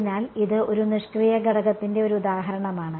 അതിനാൽ ഇത് ഒരു നിഷ്ക്രിയ ഘടകത്തിന്റെ ഒരു ഉദാഹരണമാണ്